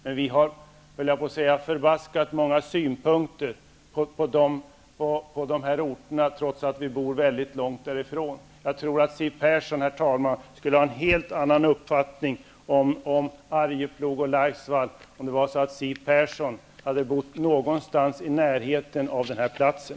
Men vi har förbaskat många synpunkter på de orterna, trots att vi bor långt därifrån. Jag tror att Siw Persson skulle ha en helt annan uppfattning om Arjeplog och Laisvall om hon bott någonstans i närheten av den platsen.